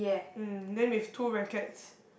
um then with two rackets